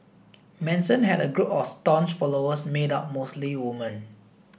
Manson had a group of staunch followers made up mostly woman